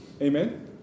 Amen